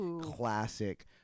classic